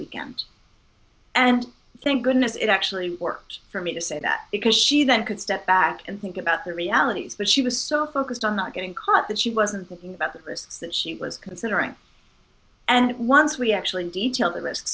weekend and thank goodness it actually worked for me to say that because she then could step back and think about the realities that she was so focused on not getting caught that she wasn't thinking about the risks that she was considering and once we actually detail the risks